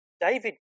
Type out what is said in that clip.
David